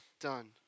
Done